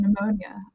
pneumonia